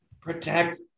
Protect